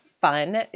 fun